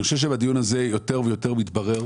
אני חושב שבדיון הזה יותר ויותר מתברר